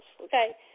okay